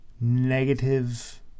negative